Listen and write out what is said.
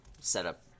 setup